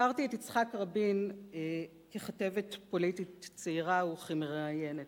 הכרתי את יצחק רבין ככתבת פוליטית צעירה וכמראיינת.